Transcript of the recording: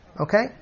okay